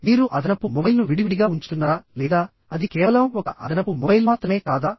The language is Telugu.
మీరు అదనపు మొబైల్ను విడివిడిగా ఉంచుతున్నారా లేదా అది కేవలం ఒక అదనపు మొబైల్ మాత్రమే కాదా